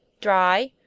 dry?